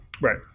Right